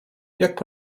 jak